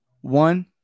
one